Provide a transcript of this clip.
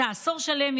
עשור שלם,